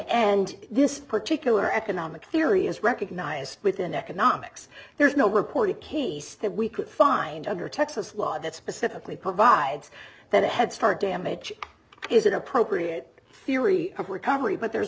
and this particular economic theory is recognized within economics there's no reported case that we could find under texas law that specifically provides that headstart damage is an appropriate theory of recovery but there